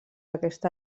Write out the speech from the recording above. aquesta